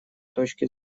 точки